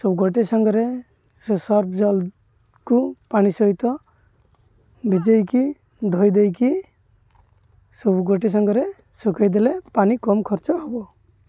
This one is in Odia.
ସବୁ ଗୋଟେ ସାଙ୍ଗରେ ସେ ସର୍ଫ ଜଳକୁ ପାଣି ସହିତ ଭଜେଇକି ଧୋଇ ଦେଇକି ସବୁ ଗୋଟେ ସାଙ୍ଗରେ ଶୁଖେଇଦେଲେ ପାଣି କମ୍ ଖର୍ଚ୍ଚ ହବ